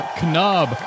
knob